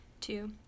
two